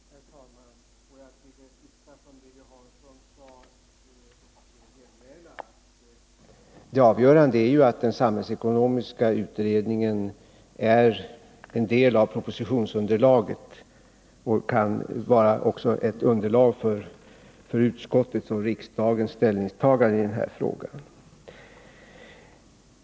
Herr talman! Får jag till det som Lilly Hansson senast sade genmäla att det avgörande är att den samhällsekonomiska utredningen är en del av propositionsunderlaget och också kan vara ett underlag för utskottets och riksdagens ställningstagande i den här frågan.